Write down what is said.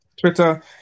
Twitter